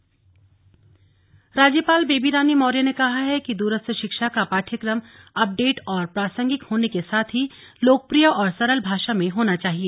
राज्यपाल राज्यपाल बेबी रानी मौर्य ने कहा है कि दूरस्थ शिक्षा का पाठ्यक्रम अपडेट और प्रासंगिक होने साथ ही लोकप्रिय और सरल भाषा में होनी चाहिए